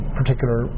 particular